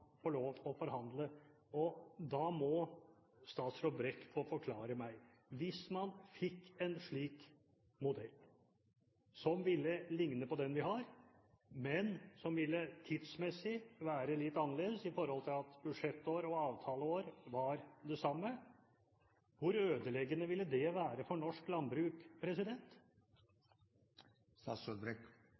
få lov til å forhandle. Da må statsråd Brekk få forklare meg: Hvis man fikk en slik modell som ville ligne på den vi har, men som tidsmessig ville være litt annerledes med tanke på at budsjettår og avtaleår var det samme, hvor ødeleggende ville det være for norsk landbruk?